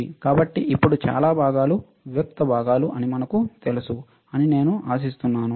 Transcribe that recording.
కాబట్టి ఇప్పుడు చాలా భాగాలు వివిక్త భాగాలు అని మనకు తెలుసు అని నేను ఆశిస్తున్నాను